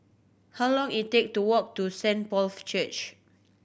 how long it take to walk to Saint Paul's Church